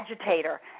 Agitator